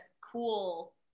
cool